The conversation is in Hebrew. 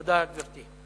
תודה, גברתי.